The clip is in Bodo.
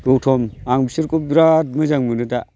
गौथम आं बिसोरखौ बिराद मोजां मोनो दा